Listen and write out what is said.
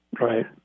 Right